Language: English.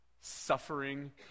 suffering